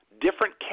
different